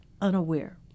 unaware